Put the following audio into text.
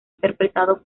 interpretado